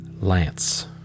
Lance